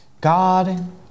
God